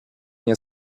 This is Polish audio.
nie